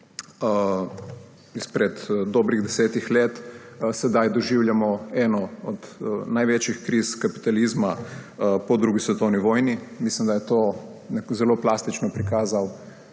izpred dobrih 10 let sedaj doživljamo eno od največjih kriz kapitalizma po drugi svetovni vojni. Mislim, da je to zelo plastično prikazala